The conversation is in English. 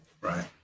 Right